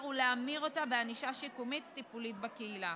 ולהמיר אותה בענישה שיקומית טיפולית בקהילה.